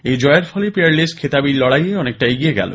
এই জয়ের ফলে পিয়ারলেস খেতাবী লড়াইয়ে অনেকটাই এগিয়ে গেল